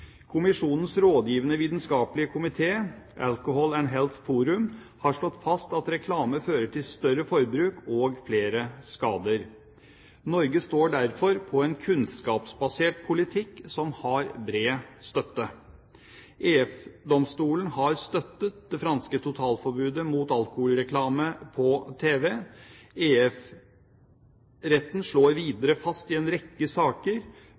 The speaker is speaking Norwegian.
Kommisjonens rådgivende vitenskaplige komité, Alcohol and Health Forum, har slått fast at reklame fører til større forbruk og flere skader. Norge står derfor på en kunnskapsbasert politikk som har bred støtte. EF-domstolen har støttet det franske totalforbudet mot alkoholreklame på tv. EF-retten slår videre fast i en rekke saker,